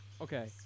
okay